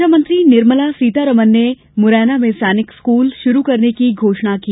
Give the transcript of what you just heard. रक्षामंत्री निर्मला सीतारमण ने आज मुरैना में सैनिक स्कूल शुरू करने की घोषणा की